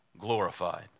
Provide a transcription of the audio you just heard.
glorified